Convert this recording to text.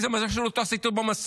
איזה מזל שהוא לא טס איתו במסוק.